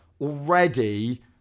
already